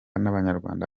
n’abanyarwanda